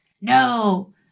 no